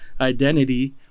identity